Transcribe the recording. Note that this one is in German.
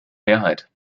mehrheit